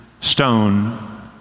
stone